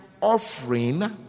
offering